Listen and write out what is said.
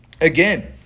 again